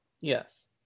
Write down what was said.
Yes